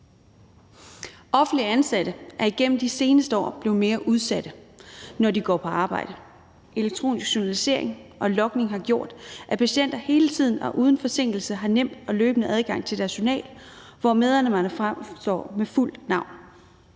Offentligt ansatte er igennem de seneste år blevet mere udsatte, når de går på arbejde. Elektronisk journalisering og logning har gjort, at patienter hele tiden og uden forsinkelse har nem og løbende adgang til deres journal, hvor medarbejderne fremstår med fuldt navn.